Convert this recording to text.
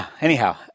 Anyhow